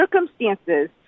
circumstances